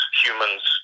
humans